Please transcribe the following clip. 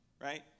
Right